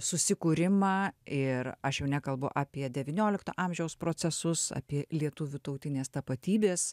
susikūrimą ir aš jau nekalbu apie devyniolikto amžiaus procesus apie lietuvių tautinės tapatybės